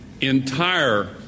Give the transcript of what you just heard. entire